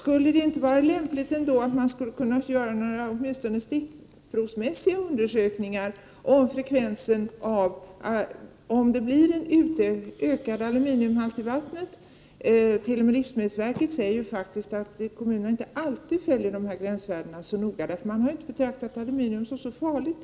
Kunde det inte vara lämpligt att göra åtminstone några stickprovsmässiga undersökningar om huruvida aluminiumhalten i vattnet ökat. T.o.m. livsmedelsverket säger att kommunerna inte alltid följer dessa gränser så noga, eftersom man inte tidigare har betraktat aluminium som så farligt.